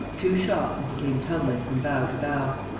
two shots, and he came tumbling from bough to bough.